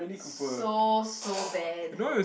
so so bad